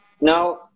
now